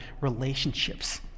relationships